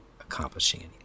accomplishing